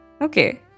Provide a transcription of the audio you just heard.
Okay